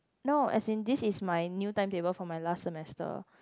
no as in this is my new timetable for my last semester